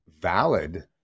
valid